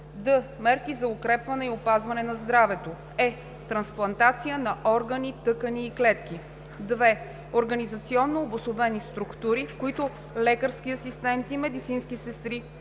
д) мерки за укрепване и опазване на здравето; е) трансплантация на органи, тъкани и клетки. 2. организационно обособени структури, в които лекарски асистенти, медицински сестри,